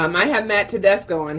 um i had matt tedesco. and